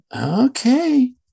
Okay